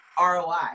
ROI